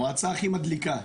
המועצה הכי מדליקה.